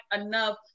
enough